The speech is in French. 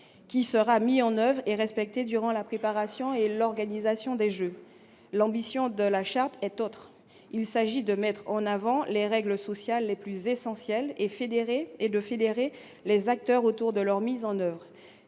qui sera mis en oeuvre et respectée durant la préparation et l'organisation des Jeux, l'ambition de la charte est autre : il s'agit de mettre en avant les règles sociales les plus essentielles et fédérer et de fédérer les acteurs autour de leur mise en oeuvre,